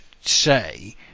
say